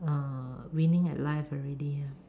uh winning at life already ah